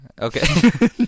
Okay